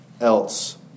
else